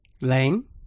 Lane